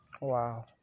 wow